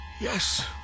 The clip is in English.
Yes